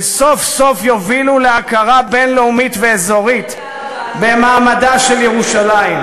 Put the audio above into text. וסוף-סוף יובילו להכרה בין-לאומית ואזורית במעמדה של ירושלים,